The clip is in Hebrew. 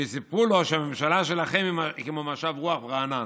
ושהם אמרו לו: הממשלה שלכם היא כמו משב רוח רענן.